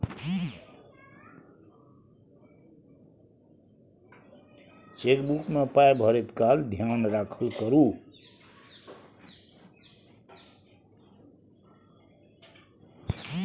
chequebook मे पाय भरैत काल धेयान राखल करू